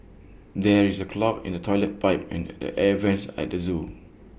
there is A clog in the Toilet Pipe and the air Vents at the Zoo